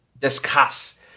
discuss